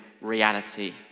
reality